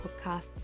podcasts